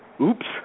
Oops